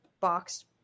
box